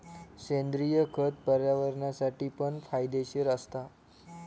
सेंद्रिय खत पर्यावरणासाठी पण फायदेशीर असता